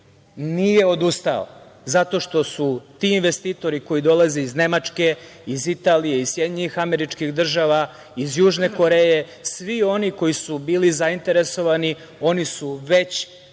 Nije odustao zato što su ti investitori koji dolaze iz Nemačke, iz Italije, iz SAD, iz Južne Koreje, svi oni koji su bili zainteresovani oni su već